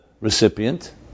recipient